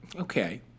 Okay